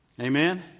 Amen